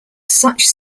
such